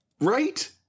right